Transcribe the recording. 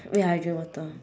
wait ah I drink water